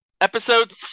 Episode